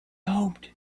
hoped